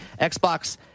Xbox